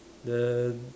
the